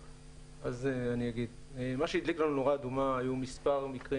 אז אני אגיד: מה שהדליק לנו נורה אדומה היו מספר מקרים